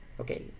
Okay